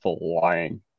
flying